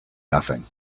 nothing